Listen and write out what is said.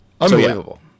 Unbelievable